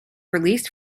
released